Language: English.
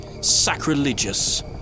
sacrilegious